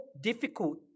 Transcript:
difficult